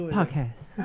Podcast